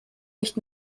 nicht